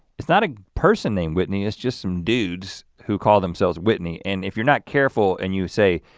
it's not a person named whitney, it's just some dudes who call themselves whitney, and if you're not careful and you say,